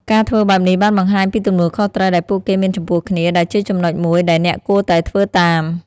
ការធ្វើបែបនេះបានបង្ហាញពីទំនួលខុសត្រូវដែលពួកគេមានចំពោះគ្នា ដែលជាចំណុចមួយដែលអ្នកគួរតែធ្វើតាម។